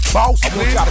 Boss